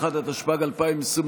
51), התשפ"ג 2022,